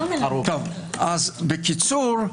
בקיצור,